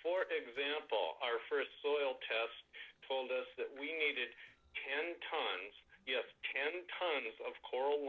for example our first soil test told us that we needed ten tons of canned tones of coral